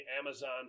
amazon